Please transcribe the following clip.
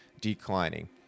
declining